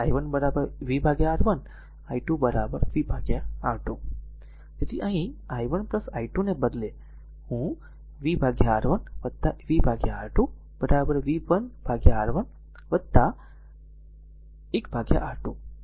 હવે i1 v R1 i2 v R2 તેથી અહીં i1 i2ને બદલે તેથી હું v R1 v R2 v 1 R1 1 R2